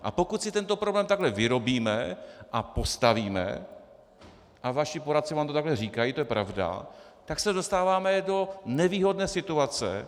A pokud si tento problém takto vyrobíme a postavíme, a vaši poradci vám to takhle říkají, to je pravda, tak se dostáváme do nevýhodné situace.